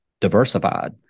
diversified